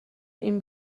این